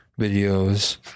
Videos